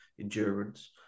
Endurance